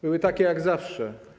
Były takie jak zawsze.